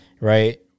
Right